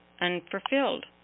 Unfulfilled